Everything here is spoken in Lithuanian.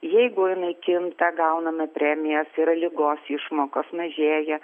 jeigu jinai kinta gauname premijas yra ligos išmokos mažėja